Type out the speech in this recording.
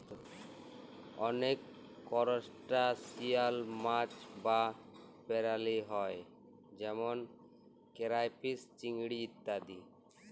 অলেক করসটাশিয়াল মাছ বা পেরালি হ্যয় যেমল কেরাইফিস, চিংড়ি ইত্যাদি